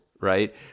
right